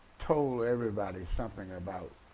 told everybody something about